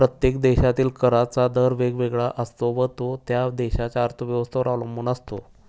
प्रत्येक देशातील कराचा दर वेगवेगळा असतो व तो त्या देशाच्या अर्थव्यवस्थेवर अवलंबून असतो